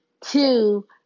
Two